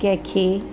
कंहिं खे